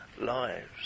lives